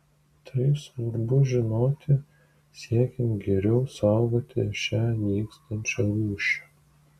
tai svarbu žinoti siekiant geriau saugoti šią nykstančią rūšį